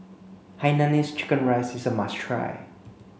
Hainanese chicken rice is a must try